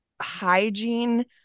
hygiene